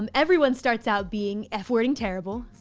um everyone starts out being f wording terrible.